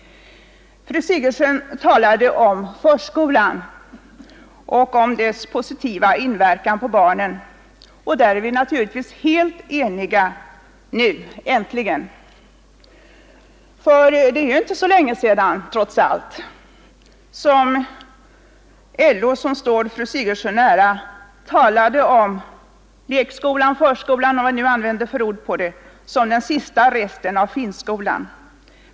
Fru Sigurdsen talade om förskolans positiva inverkan på barnen. Där är vi naturligtvis helt eniga — nu, äntligen! Det är nämligen trots allt inte så värst länge sedan LO, som står fru Sigurdsen så nära, talade om lekskolan, förskolan eller vad man nu använder för benämning, som den 143 sista resten av finskolan.